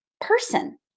person